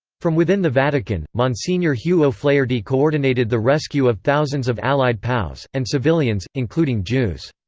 from within the vatican, msgr hugh o'flaherty coordinated the rescue of thousands of allied pows, and civilians, including jews.